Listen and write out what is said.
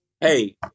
hey